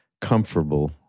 comfortable